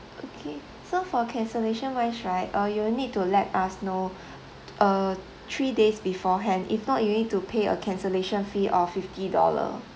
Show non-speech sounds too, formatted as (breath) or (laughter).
okay so for cancellation wise right uh you'll need to let us know (breath) uh three days beforehand if not you need to pay a cancellation fee of fifty dollar